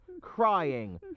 crying